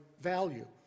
value